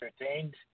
entertained